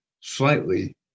slightly